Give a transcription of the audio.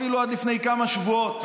אפילו עד לפני כמה שבועות,